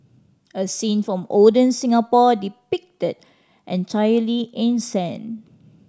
a scene from olden Singapore depicted entirely in sand